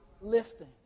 lifting